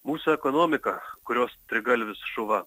mūsų ekonomika kurios trigalvis šuva